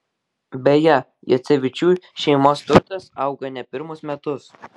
beje juocevičių šeimos turtas auga ne pirmus metus